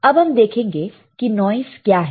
अब हम देखेंगे कि नॉइस क्या है